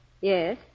Yes